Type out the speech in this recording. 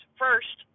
first